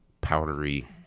powdery